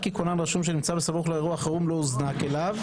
כי כונן רשום שנמצא בסמוך לאירוע החירום לא הוזנק אליו".